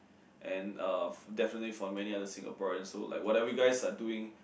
and uh definitely for many other Singaporeans so like whatever you guys are doing